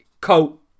coat